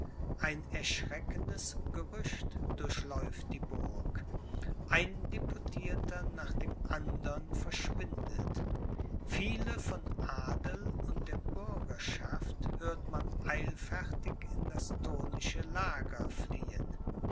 ein erschreckendes gerücht durchläuft die burg ein deputierter nach dem andern verschwindet viele von adel und der bürgerschaft hörte man eilfertig in das thurnische lager fliehen